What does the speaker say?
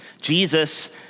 Jesus